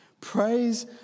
Praise